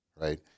right